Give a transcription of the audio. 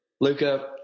Luca